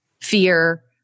fear